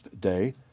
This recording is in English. day